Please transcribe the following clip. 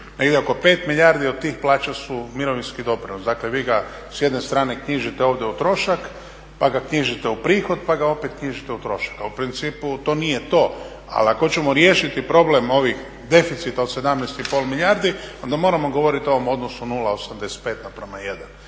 Negdje oko 5 milijardi od tih plaća su mirovinski doprinosi. Dakle, vi ga s jedne strane knjižite ovdje o trošak pa ga knjižite u prihod, pa ga opet knjižite u trošak, a u principu to nije to, ali ako hoćemo riješiti problem ovih deficita od 17,5 milijardi onda moramo govoriti o ovom odnosu 0,85:1.